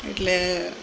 એટલે